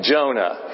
Jonah